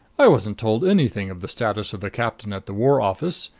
i wasn't told anything of the status of the captain at the war office.